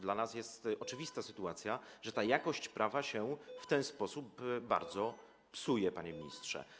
Dla nas jest to oczywista sytuacja, że jakość prawa w ten sposób bardzo się psuje, panie ministrze.